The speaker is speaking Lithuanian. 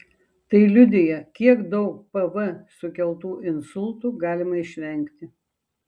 tai liudija kiek daug pv sukeltų insultų galima išvengti